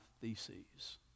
theses